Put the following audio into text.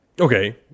Okay